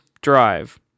drive